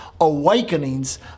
awakenings